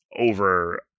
over